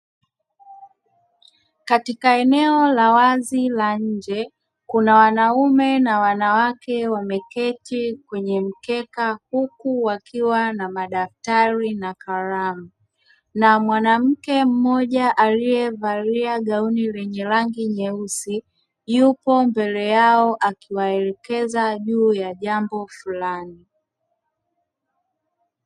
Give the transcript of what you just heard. Katika eneo la wazi la nje kuna wanaume na wanawake wameketi kwenye mkeka huku wakiwa na madaftari na kalamu, na mwanamke mmoja aliyevalia gauni lenye rangi nyeusi yupo mbele yao akiwaelekeza juu ya jambo fulani.